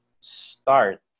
start